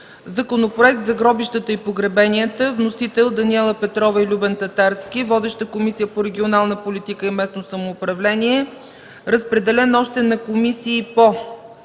Законопроект за гробищата и погребенията. Вносители – Даниела Петрова и Любен Татарски. Водеща – Комисията по регионална политика и местно самоуправление. Разпределен е и на Комисията по